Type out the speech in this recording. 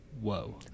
Whoa